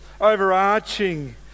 overarching